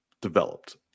developed